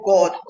God